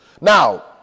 Now